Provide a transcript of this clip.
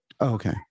Okay